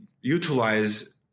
utilize